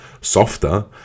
softer